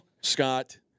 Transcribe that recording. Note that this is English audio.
Scott